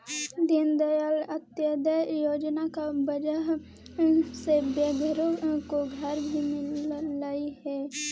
दीनदयाल अंत्योदय योजना की वजह से बेघरों को घर भी मिललई हे